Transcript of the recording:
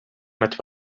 met